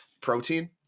protein